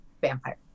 vampire